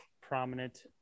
prominent